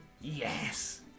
Yes